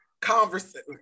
conversation